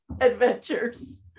adventures